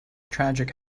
tragic